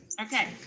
Okay